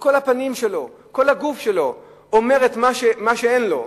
שכל הפנים שלו, כל הגוף שלו אומר את מה שאין לו.